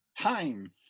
Time